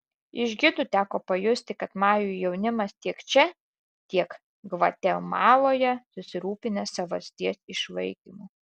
iš gidų teko pajusti kad majų jaunimas tiek čia tiek gvatemaloje susirūpinęs savasties išlaikymu